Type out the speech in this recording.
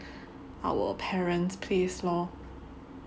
our parents' place lor